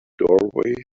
doorway